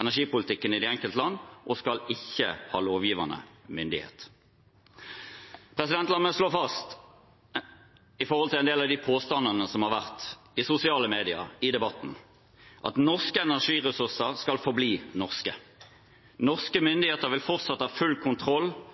energipolitikken i de enkelte land, og de skal ikke ha lovgivende myndighet. La meg når det gjelder en del av de påstandene som har vært i sosiale medier og i debatten, slå fast: Norske energiressurser skal forbli norske. Norske myndigheter vil fortsatt ha full kontroll